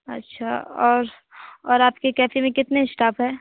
अच्छा और और आपके कैफ़े कितने स्टाफ हैं